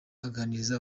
aganiriza